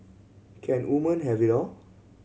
can women have it all